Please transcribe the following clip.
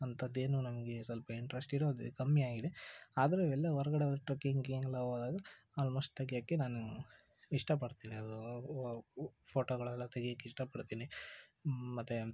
ಅಂಥದ್ದೇನು ನಮಗೆ ಸ್ವಲ್ಪ ಇಂಟ್ರೆಸ್ಟ್ ಇರೋದೇ ಕಮ್ಮಿ ಆಗಿದೆ ಆದರೂ ಎಲ್ಲೇ ಹೊರಗಡೆ ಹೊದರೆ ಟ್ರಕ್ಕಿಂಗಿಗೆಲ್ಲ ಹೋದಾಗ ಆಲ್ಮೋಸ್ಟ್ ತೆಗೆಯಕ್ಕೆ ನಾನು ಇಷ್ಟಪಡ್ತೀನಿ ಅದು ಫೋಟೋಗಳೆಲ್ಲ ತೆಗಿಯಕ್ಕೆ ಇಷ್ಟಪಡ್ತೀನಿ ಮತ್ತು